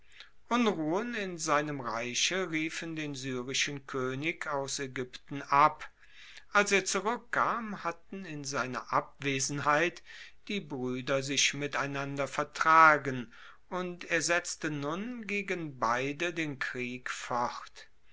unruhen in seinem reiche riefen den syrischen koenig aus aegypten ab als er zurueckkam hatten in seiner abwesenheit die brueder sich miteinander vertragen und er setzte nun gegen beide den krieg fort